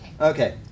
Okay